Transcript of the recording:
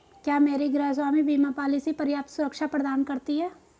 क्या मेरी गृहस्वामी बीमा पॉलिसी पर्याप्त सुरक्षा प्रदान करती है?